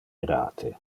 irate